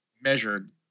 measured